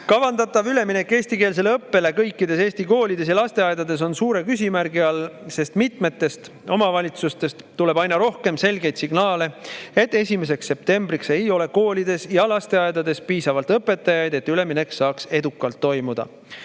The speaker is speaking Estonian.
Kavandatav üleminek eestikeelsele õppele kõikides Eesti koolides ja lasteaedades on suure küsimärgi all, sest mitmetest omavalitsustest tuleb aina rohkem selgeid signaale, et 1. septembriks ei ole koolides ja lasteaedades piisavalt õpetajaid, et üleminek saaks edukalt toimuda.